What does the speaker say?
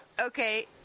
Okay